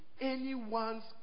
anyone's